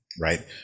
right